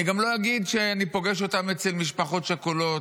אני גם לא אגיד שאני פוגש אותם אצל משפחות שכולות,